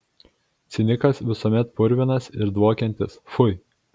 cinikas visuomet purvinas ir dvokiantis pfui